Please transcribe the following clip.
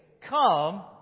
come